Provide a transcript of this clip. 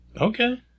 Okay